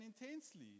intensely